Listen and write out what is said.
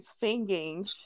singing